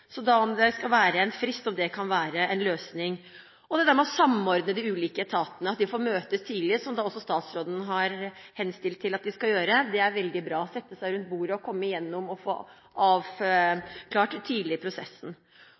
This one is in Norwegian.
en frist være en løsning. Det å samordne de ulike etatene er veldig bra – at de møtes tidlig, slik også statsråden har henstilt til dem å gjøre, at de setter seg rundt bordet, kommer igjennom og får en avklaring tidlig i prosessen.